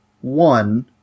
one